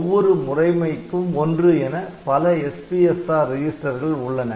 ஒவ்வொரு முறைமைக்கும் ஒன்று என பல SPSR ரெஜிஸ்டர்கள் உள்ளன